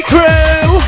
Crew